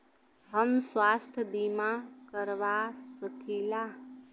हम स्वास्थ्य बीमा करवा सकी ला?